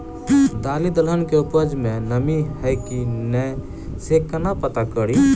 दालि दलहन केँ उपज मे नमी हय की नै सँ केना पत्ता कड़ी?